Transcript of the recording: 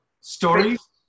stories